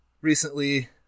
Recently